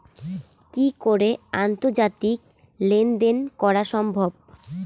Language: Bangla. কি করে আন্তর্জাতিক লেনদেন করা সম্ভব?